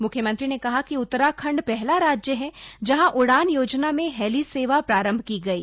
मुख्यमंत्री ने कहा कि उत्तराखण्ड पहला राज्य है जहां उड़ान योजना में हेली सेवा प्रारम्भ की गई है